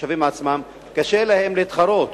התושבים עצמם, קשה להם להתחרות